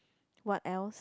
what else